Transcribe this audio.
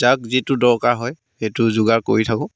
যাক যিটো দৰকাৰ হয় সেইটো যোগাৰ কৰি থাকোঁ